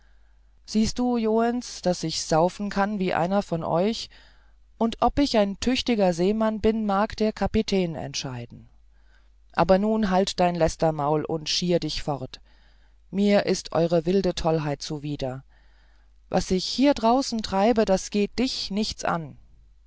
siehst joens daß ich saufen kann wie einer von euch und ob ich ein tüchtiger seemann bin mag der kapitän entscheiden aber nun halt dein lästermaul und schier dich fort mir ist eure wilde tollheit zuwider was ich hier draußen treibe geht dich nichts an